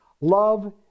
Love